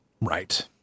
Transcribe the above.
Right